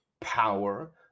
power